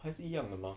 还是一样的吗